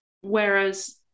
whereas